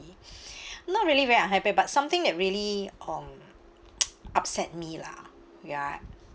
not really very unhappy but something that really um upset me lah ya